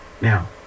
Now